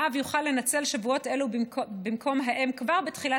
האב יוכל לנצל שבועות אלו במקום האם כבר בתחילת